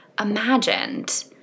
imagined